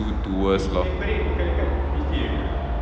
do towards lor